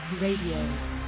Radio